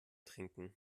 trinken